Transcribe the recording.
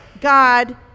god